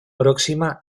próxima